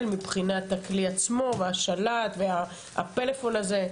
מבחינת הכלי עצמו והשלט והפלאפון הזה,